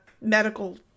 medical